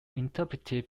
interpretive